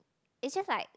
is just like